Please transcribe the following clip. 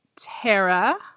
Tara